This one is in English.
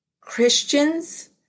Christians